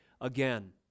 again